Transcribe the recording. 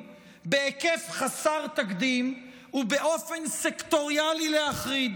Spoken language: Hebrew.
בהיקף חסר תקדים ובאופן סקטוריאלי להחריד.